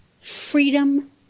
freedom